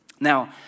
Now